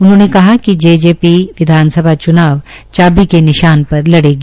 उन्होंने कहा कि जेजेपी विधानसभा च्नाव चाबी का निशान पर लड़ेगी